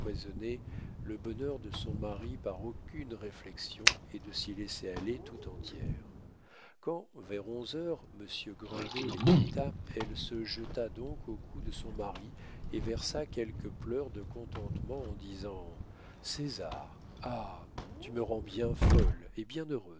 le bonheur de son mari par aucune réflexion et de s'y laisser aller tout entière quand vers onze heures monsieur grindot les quitta elle se jeta donc au cou de son mari et versa quelques pleurs de contentement en disant césar ah tu me rends bien folle et bien heureuse